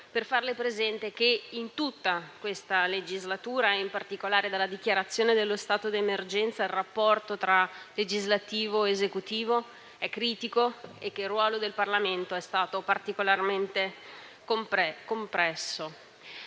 per farle presente che in tutta questa legislatura e, in particolare, dalla dichiarazione dello stato d'emergenza, il rapporto tra legislativo ed esecutivo è stato critico e che il ruolo del Parlamento è stato particolarmente compresso.